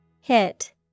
Hit